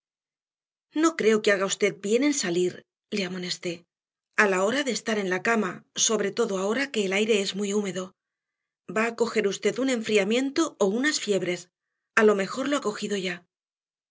no creo que haga usted bien en salir le amonesté a la hora de estar en la cama sobre todo ahora que el aire es muy húmedo va a coger usted un enfriamiento o unas fiebres a lo mejor lo ha cogido ya